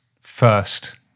first